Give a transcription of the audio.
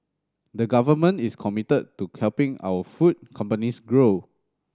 the Government is committed to helping our food companies grow